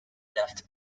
left